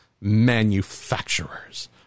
manufacturers